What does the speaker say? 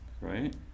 Right